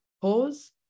pause